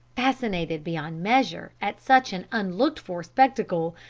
fascinated beyond measure at such an unlooked-for spectacle,